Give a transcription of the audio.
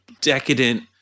decadent